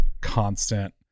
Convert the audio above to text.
constant